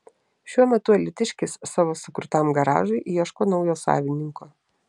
šiuo metu alytiškis savo sukurtam garažui ieško naujo savininko